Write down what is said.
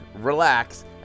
relax